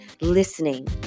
listening